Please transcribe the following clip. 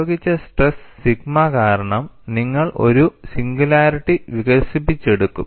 പ്രയോഗിച്ച stress sigma കാരണം നിങ്ങൾ ഒരു സിംഗുലാരിറ്റി വികസിപ്പിച്ചെടുക്കും